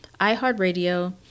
iHeartRadio